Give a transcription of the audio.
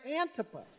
Antipas